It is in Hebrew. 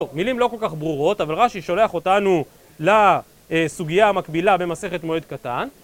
מילים לא כל כך ברורות אבל רש"י שולח אותנו לסוגיה המקבילה במסכת מועד קטן